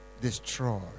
destroyed